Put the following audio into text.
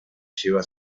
lleva